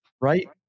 Right